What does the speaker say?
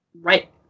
Right